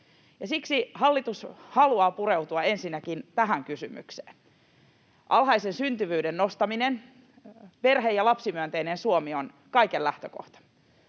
Siksi hallitus haluaa pureutua ensinnäkin tähän kysymykseen. Alhaisen syntyvyyden nostaminen, perhe- ja lapsimyönteinen Suomi on kaiken lähtökohta.